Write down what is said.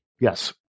Yes